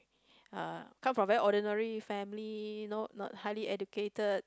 uh come from very ordinary family no not highly educated